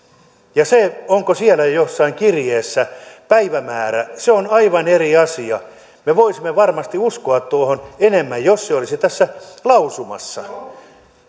se onko siellä jossain kirjeessä päivämäärä on aivan eri asia me voisimme varmasti uskoa tuohon enemmän jos se olisi tässä lausumassa